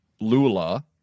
Lula